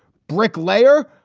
brick layer,